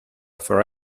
for